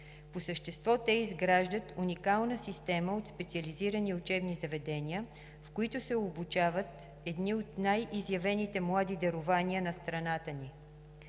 По същество те изграждат уникална система от специализирани учебни заведения, в които се обучават едни от най-изявените млади дарования на страната ни.